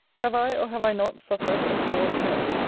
have i, or have i not, suffered or borne enough?